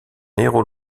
héros